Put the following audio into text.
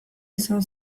izan